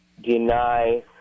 deny